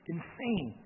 insane